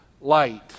light